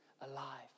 alive